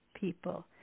people